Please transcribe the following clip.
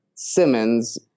simmons